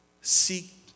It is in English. seek